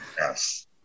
yes